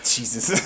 Jesus